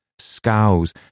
scows